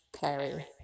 Perry